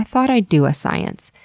thought i'd do a science.